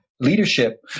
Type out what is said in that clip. leadership